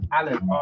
Alan